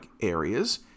areas